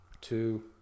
two